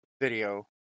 video